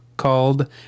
called